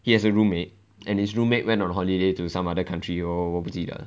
he has a roommate and his roommate went on holiday to some other country oh 我不记得了